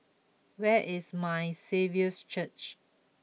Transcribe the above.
where is My Saviour's Church